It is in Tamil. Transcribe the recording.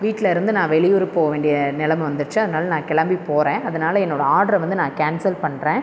வீட்டில் இருந்து நான் வெளியூர் போக வேண்டியை நிலம வந்துடுச்சி அதனால் நான் கிளம்பி போகிறேன் அதனால் என்னோடய ஆர்ட்ரை வந்து நான் கேன்சல் பண்ணுறேன்